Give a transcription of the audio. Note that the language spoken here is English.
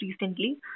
Recently